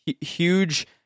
huge